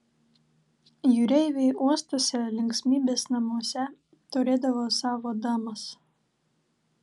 jūreiviai uostuose linksmybės namuose turėdavo savo damas